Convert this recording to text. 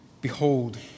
Behold